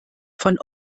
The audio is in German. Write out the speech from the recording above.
von